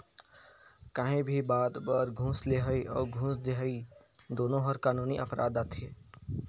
काहीं भी बात बर घूस लेहई अउ घूस देहई दुनो हर कानूनी अपराध में आथे